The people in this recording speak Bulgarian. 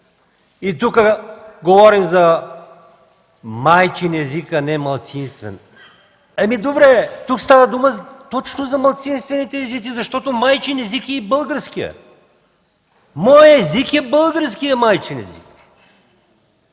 Тук говорим за майчин език, а не за малцинствен. Добре, тук става точно за малцинствените езици, защото майчин език е и българският. Моят език е българският майчин език.